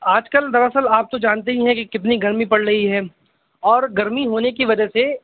آج کل دراصل آپ تو جانتے ہی ہیں کہ کتنی گرمی پڑ رہی ہے اور گرمی ہونے کی وجہ سے